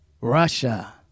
Russia